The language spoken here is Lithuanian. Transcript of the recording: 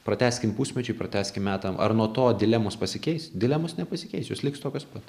pratęskim pusmečiui pratęskim metam ar nuo to dilemos pasikeis dilemos nepasikeis jos liks tokios pat